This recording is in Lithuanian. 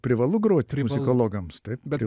privalu grot muzikologams taip bet